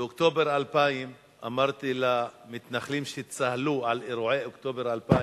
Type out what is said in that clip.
באוקטובר 2000 אמרתי למתנחלים שצהלו על אירועי אוקטובר 2000: